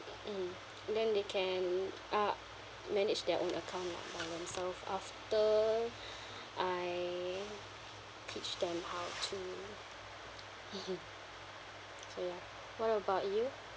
mm then they can ah manage their own account lah by themself after I teach them how to so ya what about you